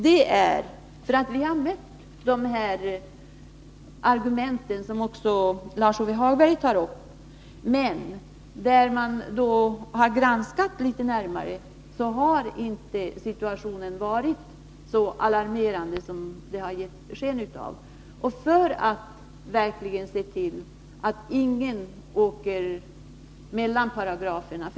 Vi har mött de argument som Lars-Ove Hagberg också tar upp, men vid en närmare granskning av situationen funnit att den inte alls varit så alarmerande som man givit sken av. Vi vill verkligen se till att ingen faller mellan paragraferna.